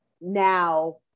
now